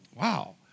wow